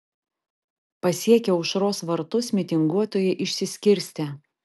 pasiekę aušros vartus mitinguotojai išsiskirstė